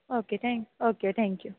okay thank okay thank you